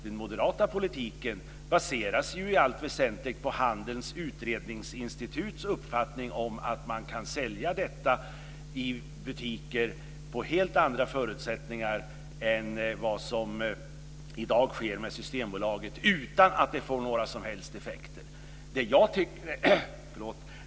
Den moderata politiken baseras ju i allt väsentligt på uppfattningen hos Handelns Utredningsinstitut att man kan sälja detta i butiker under helt andra förutsättningar än vad som i dag sker i Systembolaget utan att det får några som helst effekter.